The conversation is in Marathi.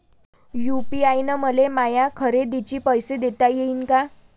यू.पी.आय न मले माया खरेदीचे पैसे देता येईन का?